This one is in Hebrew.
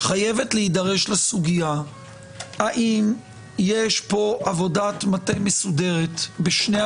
חייבת להידרש לסוגיה האם יש פה עבודת מטה מסודרת בשלושה